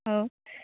ಓ